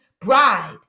bride